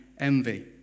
envy